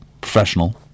professional